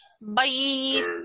Bye